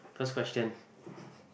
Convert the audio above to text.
first question